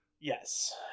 yes